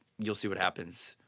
you'll see what happens.